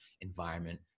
environment